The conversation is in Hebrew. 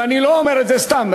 ואני לא אומר את זה סתם.